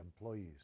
employees